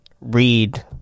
read